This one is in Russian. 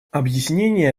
объяснение